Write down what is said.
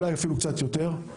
אולי אפילו קצת יותר,